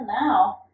now